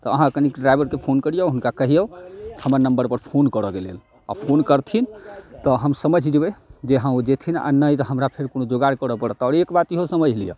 तऽ अहाँ कनि ड्राइवरके फोन करिऔ हुनका कहिऔ हमर नम्बरपर फोन करऽके लेल आओर फोन करथिन तऽ हम समझि जेबै जे हँ ओ जेथिन आओर नहि तऽ हमरा फेर कोनो जोगाड़ करऽ पड़त आओर एक बात इहो समझि लिअऽ